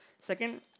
second